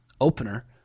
opener